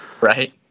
Right